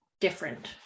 different